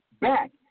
back